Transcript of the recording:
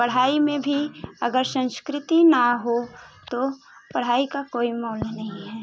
पढ़ाई में भी अगर संस्कृति न हो तो पढ़ाई का कोई मोल नहीं है